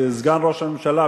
סגן ראש הממשלה,